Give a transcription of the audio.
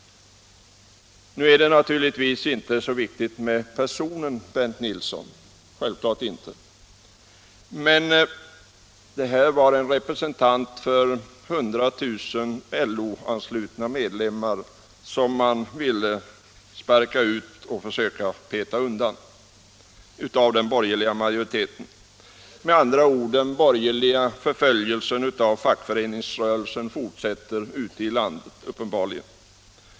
Nu är det inte så viktigt med personen Bernt Nilsson, självklart inte. Men här gällde det en representant för 100 000 LO-anslutna medlemmar som den borgerliga majoriteten ville sparka ut och peta undan. Med andra ord: Den borgerliga förföljelsen av fackföreningsrörelsen fortsätter uppenbarligen ute i landet.